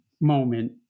moment